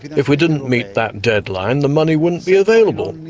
if we didn't meet that deadline, the money wouldn't be available.